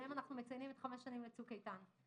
שבהם אנו מציינים חמש שנים לצוק איתן.